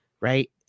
Right